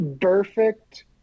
Perfect